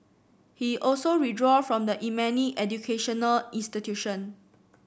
he also withdraw from the Yemeni educational institution